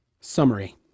Summary